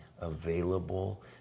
available